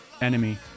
Enemy